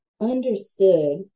understood